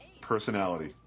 personality